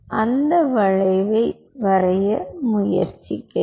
அந்த வளைவை வரைய முயற்சிக்கிறேன்